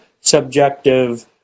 subjective